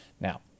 Now